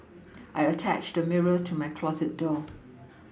I attached a mirror to my closet door